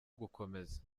gukomeza